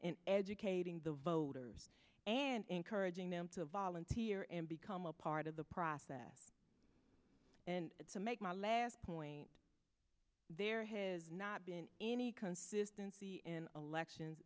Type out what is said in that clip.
in educating the voters and encouraging them to volunteer and become a part of the process and to make my last point there has not been any consistency in elections